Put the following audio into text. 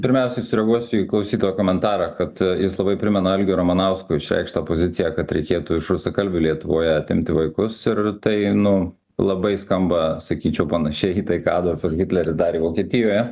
pirmiausiai sureaguosiu į klausytojo komentarą kad jis labai primena algio ramanausko išreikštą poziciją kad reikėtų iš rusakalbių lietuvoje atimti vaikus ir tai nu labai skamba sakyčiau panašiai į tai ką adolfas hitleris darė vokietijoje